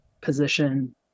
position